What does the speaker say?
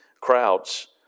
crowds